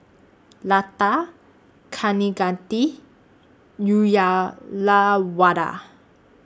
Lata Kaneganti Uyyalawada